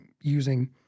using